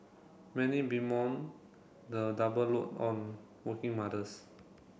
many bemoan the double load on working mothers